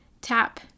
tap